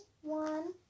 One